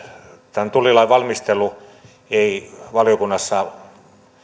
tämän tullilain valmistelu ei valiokunnassa